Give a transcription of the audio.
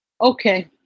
Okay